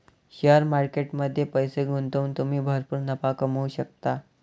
share market मध्ये पैसे गुंतवून तुम्ही भरपूर नफा कमवू शकता